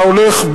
אתה הולך,